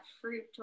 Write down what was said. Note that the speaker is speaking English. fruit